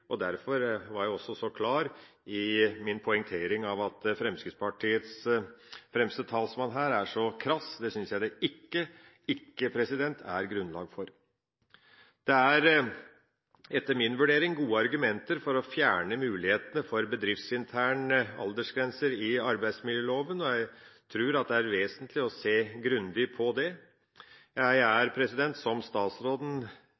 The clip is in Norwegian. og derfor var jeg også så klar i min poengtering av at Fremskrittspartiets fremste talsmann her er så krass. Det synes jeg det ikke – ikke – er grunnlag for. Det er etter min vurdering gode argumenter for å fjerne mulighetene for bedriftsinterne aldersgrenser i arbeidsmiljøloven, og jeg tror det er vesentlig å se grundig på det. Jeg